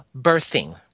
birthing